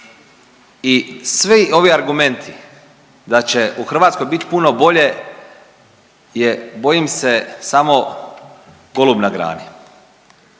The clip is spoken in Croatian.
i svi ovi argumenti da će u Hrvatskoj biti puno bolje je bojim se samo golub na grani.